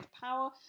power